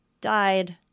died